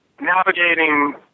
navigating